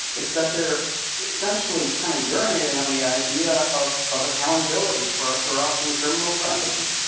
it's that they're essentially kind of urinating on the idea of of accountability for a corrupt and criminal president.